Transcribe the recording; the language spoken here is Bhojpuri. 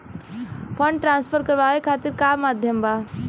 फंड ट्रांसफर करवाये खातीर का का माध्यम बा?